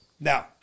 now